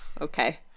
Okay